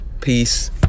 Peace